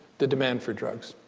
the demand for drugs.